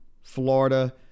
Florida